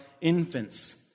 infants